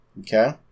Okay